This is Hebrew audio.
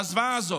בזוועה הזאת,